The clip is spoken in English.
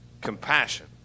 compassion